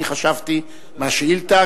אני חשבתי מהשאילתא,